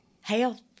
Health